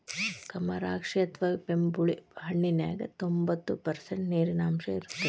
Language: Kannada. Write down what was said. ಕಮರಾಕ್ಷಿ ಅಥವಾ ಬೆಂಬುಳಿ ಹಣ್ಣಿನ್ಯಾಗ ತೋಭಂತ್ತು ಪರ್ಷಂಟ್ ನೇರಿನಾಂಶ ಇರತ್ತದ